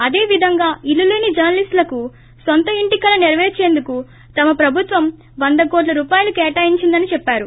అదే విధంగా ఇల్లు లేని జర్పలిస్టులకు నొంత ఇంటి కల నెరవేర్సేందుకు తమ ప్రభుత్వం వంద కోట్ల రూపాయలు కేటాయించిందని చెప్పారు